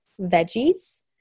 veggies